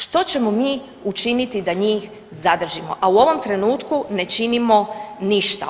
Što ćemo mi učiniti da njih zadržimo, a u ovom trenutku ne činimo ništa.